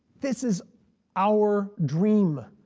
this is our dream.